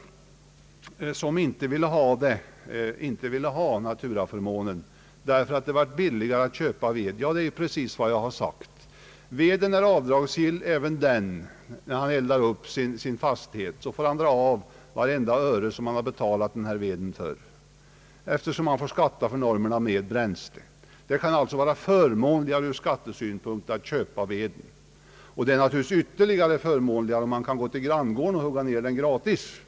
Vad beträffar arrendatorn som inte vill ha naturaförmånen därför att det är billigare att köpa ved, så är det ju precis vad jag har sagt. Den köpta veden är avdragsgill också. När bonden värmer upp sin fastighet får han dra av vartenda öre som han betalat för veden, eftersom han får skatta för normerna med bränsle. Det kan alltså vara förmånligare ur skattesynpunkt att köpa ved, och det är naturligtvis ännu förmånligare, om man kan gå till granngården och hugga ned den gratis.